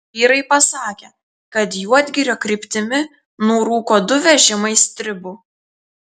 vyrai pasakė kad juodgirio kryptimi nurūko du vežimai stribų